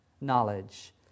knowledge